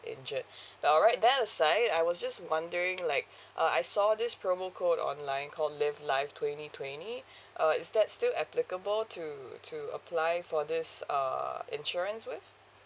injured but alright that aside I was just wondering like uh I saw this promo code online called live life twenty twenty uh is that still applicable to to apply for this uh insurance with